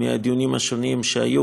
מהדיונים שהיו,